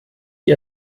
die